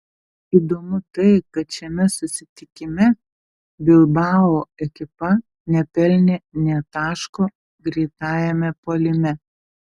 įdomu tai kad šiame susitikime bilbao ekipa nepelnė nė taško greitajame puolime